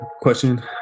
question